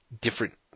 different